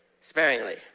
sparingly